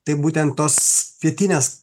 tai būtent tos pietinės